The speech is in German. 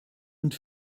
und